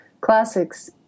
Classics